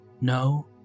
no